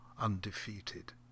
undefeated